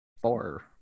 four